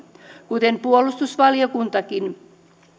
kuten puolustusvaliokuntakin